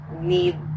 need